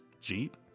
Jeep